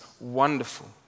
wonderful